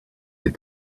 that